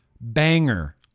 Banger